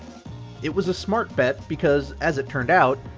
it was a smart bet because as it turned out,